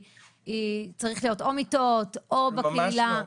צריכות להיות או מיטות, או בקהילה.